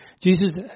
Jesus